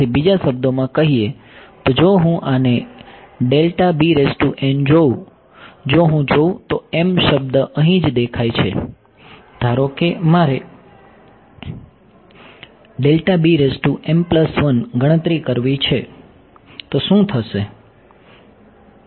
તેથી બીજા શબ્દોમાં કહીએ તો જો હું આને જોઉં જો હું જોઉં તો m શબ્દ અહીં જ દેખાય છે ધારો કે મારે ગણતરી કરવી છે તો શું થશે